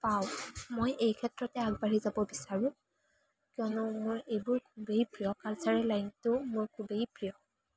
পাওঁ মই এই ক্ষেত্ৰতে আগবাঢ়ি যাব বিচাৰোঁ কিয়নো মোৰ এইবোৰ খুবেই প্ৰিয় কালচাৰেল লাইনটো মোৰ খুবেই প্ৰিয়